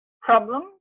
problem